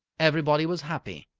everybody was happy.